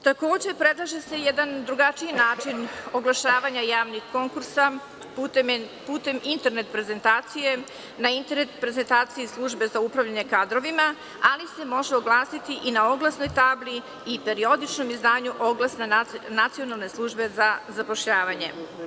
Takođe, predlaže se i jedan drugačiji način oglašavanja javnih konkursa putem internet prezentacije na internet prezentaciji Službe za upravljanje kadrovima, ali se može oglasiti i na oglasnoj tabli i periodičnom izdanju oglasa Nacionalne službe za zapošljavanje.